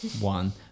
one